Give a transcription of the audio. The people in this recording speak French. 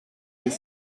des